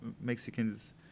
Mexicans